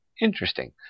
Interesting